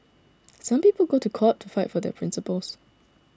some people go to court to fight for their principles